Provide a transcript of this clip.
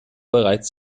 bereits